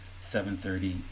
7.30